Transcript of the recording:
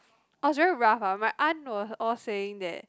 I was very rough ah my aunt were all saying that